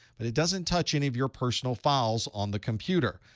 but it doesn't touch any of your personal files on the computer.